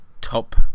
top